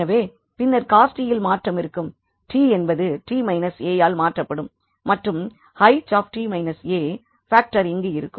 எனவே பின்னர் cos t இல் மாற்றம் இருக்கும் t என்பது t a ஆல் மாற்றப்படும் மற்றும் H பாக்டர் இங்கு இருக்கும்